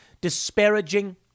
disparaging